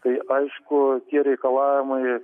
tai aišku tie reikalavimai